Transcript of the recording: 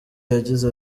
yagize